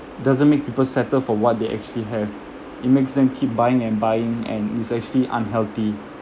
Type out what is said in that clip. doesn't make people settle for what they actually have it makes them keep buying and buying and it's actually unhealthy